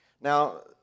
Now